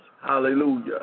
hallelujah